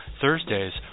Thursdays